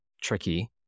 tricky